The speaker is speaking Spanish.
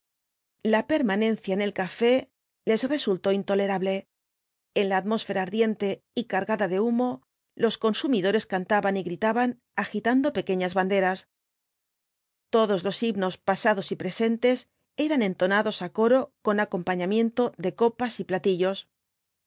la permanencia en el café les resultó intolerable en la atmósfera ardiente y cargada de humo los consumidores cantaban y gritaban agitando pequeñas banderas todos los himnos pasados y presentes eran entonados á coro con acompañamiento de copas y platillos